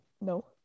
No